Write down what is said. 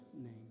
name